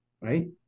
right